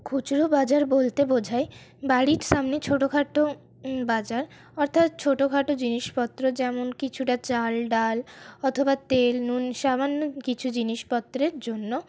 খুচরো বাজার বলতে বোঝায় বাড়ির সামনে ছোটোখাটো বাজার অর্থাৎ ছোটখাটো জিনিসপত্র যেমন কিছুটা চাল ডাল অথবা তেল নুন সামান্য কিছু জিনিসপত্রের জন্য